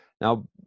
Now